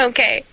Okay